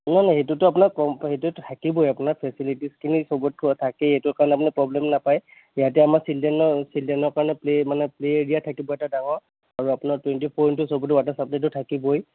নাই নাই সেইটোতো আপোনাৰ কম সেইটোতো থাকিবই আপোনাৰ ফেছেলিটীছখিনি চবতেই থাকেই সেইটো কাৰণে আপোনাৰ প্ৰৱ্লেম নাপায় ইয়াতে আমাৰ চিলড্ৰেনৰ চিলড্ৰেনৰ কাৰণে প্লে' মানে প্লে' এৰিয়া থাকিব এটা ডাঙৰ আৰু আপোনাৰ twenty four into seven water চাপ্লাইটো থাকিবই